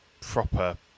proper